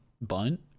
bunt